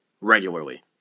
regularly